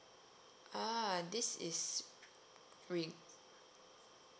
ah this is wait